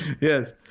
Yes